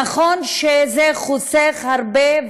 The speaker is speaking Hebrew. נכון שזה חוסך הרבה,